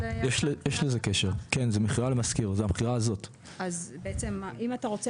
הדיור ישמשו למטרה של השכרה לטווח ארוך בלבד ואם נתנה